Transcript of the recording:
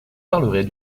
parlerai